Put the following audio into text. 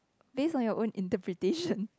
based on your own interpretation